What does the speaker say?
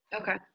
Okay